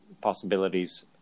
possibilities